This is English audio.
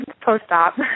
post-op